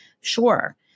sure